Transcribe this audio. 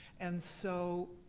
and so